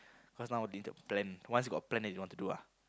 cause now need a plan once you got plan then you know what to do ah